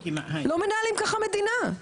לא מנהלים ככה מדינה,